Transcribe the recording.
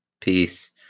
peace